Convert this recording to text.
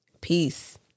Peace